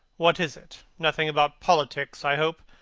what is it? nothing about politics, i hope!